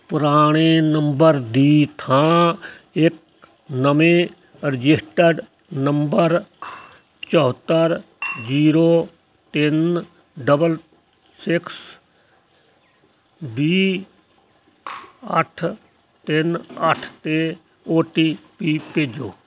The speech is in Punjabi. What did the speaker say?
ਪੁਰਾਣੇ ਨੰਬਰ ਦੀ ਥਾਂ ਇੱਕ ਨਵੇਂ ਰਜਿਸਟਰਡ ਨੰਬਰ ਚੌਂਹੱਤਰ ਜ਼ੀਰੋ ਤਿੰਨ ਡਬਲ ਸਿਕਸ ਵੀਹ ਅੱਠ ਤਿੰਨ ਅੱਠ 'ਤੇ ਔ ਟੀ ਪੀ ਭੇਜੋ